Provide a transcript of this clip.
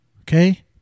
Okay